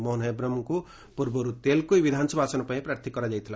ମୋହନ ହେମ୍ରମଙ୍କୁ ପୂର୍ବରୁ ତେଲକୋଇ ବିଧାନସଭା ଆସନ ପାଇଁ ପ୍ରାର୍ଥୀ କରାଯାଇଥିଲା